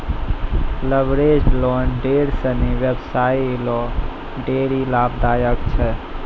leveraged loan ढेर सिनी व्यवसायी ल ढेरी लाभदायक छै